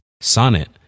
Sonnet